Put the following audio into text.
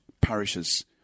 parishes